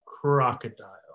crocodile